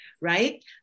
right